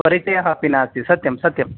परिचयः अपि नास्ति सत्यं सत्यं